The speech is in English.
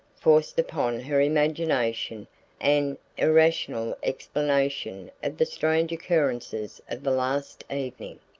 forced upon her imagination an irrational explanation of the strange occurrences of the last evening.